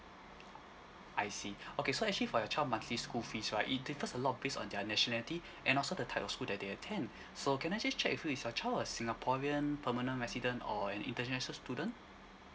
I see okay so actually for your child monthly school fees right it differs a lot based on their nationality and also the type of school that they attend so can I just check with you is your child a singaporean permanent resident or an international student